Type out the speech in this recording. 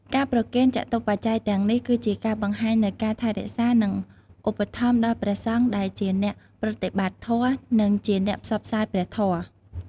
ការប្រគេនចតុបច្ច័យទាំងនេះ គឺជាការបង្ហាញនូវការថែរក្សា និងឧបត្ថម្ភដល់ព្រះសង្ឃ ដែលជាអ្នកប្រតិបត្តិធម៌ និងជាអ្នកផ្សព្វផ្សាយព្រះធម៌។